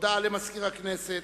הודעה למזכיר הכנסת.